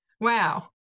wow